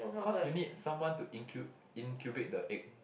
cause you need someone to incu~ incubate the egg